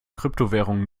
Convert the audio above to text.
kryptowährung